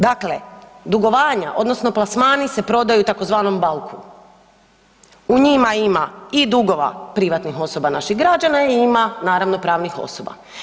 Dakle, dugovanja, odnosno plasmani se prodaju tzv. .../nerazumljivo/..., u njima ima i dugova privatnih osoba naših građana i ima, naravno, pravnih osoba.